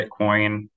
Bitcoin